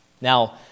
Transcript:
Now